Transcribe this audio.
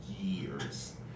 years